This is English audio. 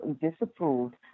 Disapproved